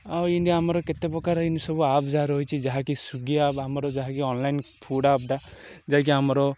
ଆଉ ଏମିତିଆ ଆମର କେତେପ୍ରକାର ଏମିତି ସବୁ ଆପ୍ ଯାହା ରହିଛି ଯାହାକି ସ୍ଵିଗି ଆପ୍ ଆମର ଯାହାକି ଅନଲାଇନ୍ ଫୁଡ଼୍ ଆପ୍ଟା ଯାଇକି ଆମର